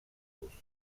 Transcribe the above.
los